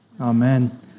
Amen